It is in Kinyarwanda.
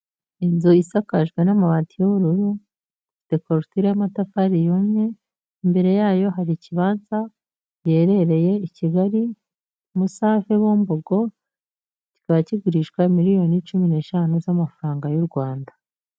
Inzu isakajwe n'amabati y'ubururu, korutire y'amatafari yumye, imbere yayo hari ikibanza giherereye i Kigali Musave, Bumbogo, kikaba kigurishwa miliyoni cumi n'eshanu z'amafaranga y'u Rwanda.